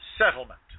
Settlement